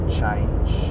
change